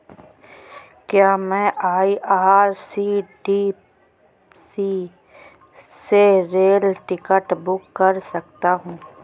क्या मैं आई.आर.सी.टी.सी से रेल टिकट बुक कर सकता हूँ?